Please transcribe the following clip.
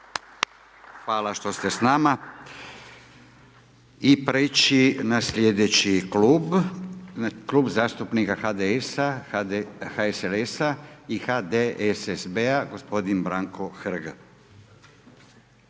Hvala što ste s nama. I preći na sljedeći Klub. Klub zastupnika HDS-a, HSLS-a i HDSSB-a, gospodin Branko Hrg.